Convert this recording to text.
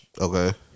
Okay